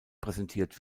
präsentiert